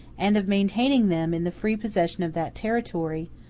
and of maintaining them in the free possession of that territory,